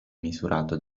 misurato